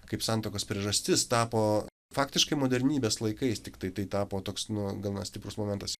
kaip santuokos priežastis tapo faktiškai modernybės laikais tiktai tai tapo toks nu gana stiprus momentas